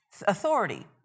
authority